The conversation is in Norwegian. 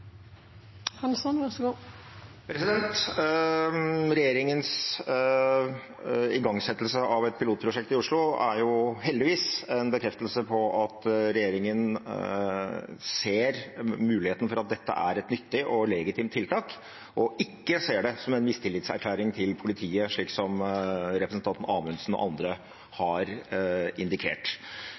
det, og så må vi trekke erfaringer på det for å finne ut hva som blir den riktige veien videre, i stort. Regjeringens igangsettelse av et pilotprosjekt i Oslo er heldigvis en bekreftelse på at regjeringen ser muligheten for at dette er et nyttig og legitimt tiltak, og ikke ser det som en mistillitserklæring til politiet, slik representanten